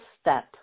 step